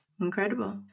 Incredible